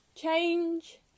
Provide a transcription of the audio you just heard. Change